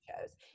shows